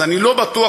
אז אני לא בטוח.